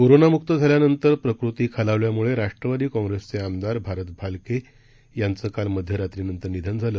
कोरानाम्क्त झाल्या नंतर प्रकृती खालावल्याम्ळे राष्ट्रवादी कॉग्रेसचे आमदार भारत भालके यांचं काल निधन झालं